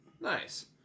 Nice